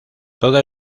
toda